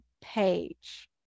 page